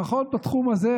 לפחות בתחום הזה,